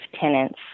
tenants